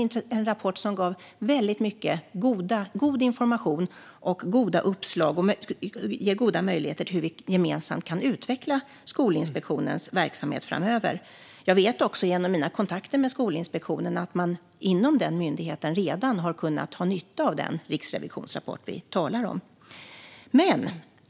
Den gav mycket god information och goda uppslag på hur vi gemensamt kan utveckla Skolinspektionens verksamhet framöver. Jag vet också genom mina kontakter med Skolinspektionen att man inom myndigheten redan har haft nytta av rapporten.